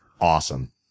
Awesome